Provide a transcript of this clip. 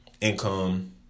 income